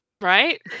Right